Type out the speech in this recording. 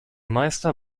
meister